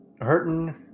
hurting